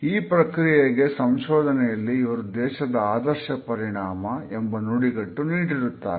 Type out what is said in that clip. ಈ ಪ್ರಕ್ರಿಯೆಗೆ ಸಂಶೋಧನೆಯಲ್ಲಿ ಇವರು ದೇಶದ ಆದರ್ಶ ಪರಿಣಾಮ ಎಂಬ ನುಡಿಗಟ್ಟು ನೀಡಿರುತ್ತಾರೆ